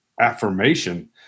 affirmation